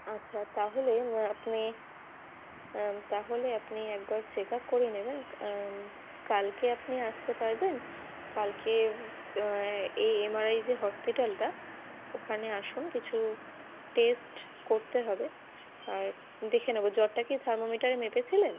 আচ্ছা তাহলে আপনি তাহলে আপনি একবার চেক আপ করিয়ে নেবেন কালকে আপনি আসতে পারবেন কালকে এএমআরআই যে হসপিটালটা ওখানে আসুন কিছু টেস্ট করতে হবে আর দেখে নেবো জ্বরটা কি থার্মোমিটারে মেপেছিলেন